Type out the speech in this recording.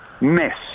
Mess